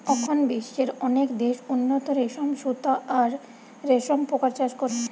অখন বিশ্বের অনেক দেশ উন্নত রেশম সুতা আর রেশম পোকার চাষ করে